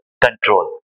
control